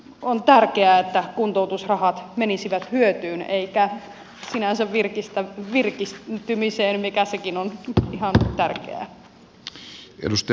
on tärkeää että kuntoutusrahat menisivät hyötyyn eivätkä sinänsä virkistymiseen mikä sekin on ihan tärkeää